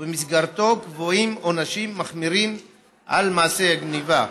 ובמסגרתו קבועים עונשים מחמירים על מעשה גנבה,